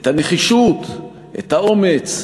את הנחישות, את האומץ,